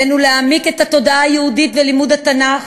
עלינו להעמיק את התודעה היהודית ואת לימוד התנ"ך